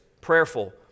prayerful